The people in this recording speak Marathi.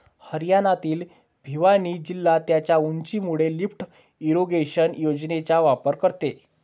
हरियाणातील भिवानी जिल्हा त्याच्या उंचीमुळे लिफ्ट इरिगेशन योजनेचा वापर करतो